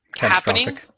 happening